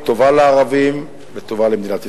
טובה לערבים וטובה למדינת ישראל.